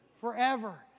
Forever